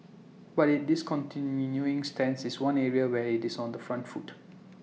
but its discontinuing stance is one area where IT is on the front foot